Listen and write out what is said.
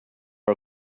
our